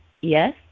yes